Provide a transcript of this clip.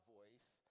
voice